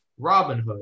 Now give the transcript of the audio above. Robinhood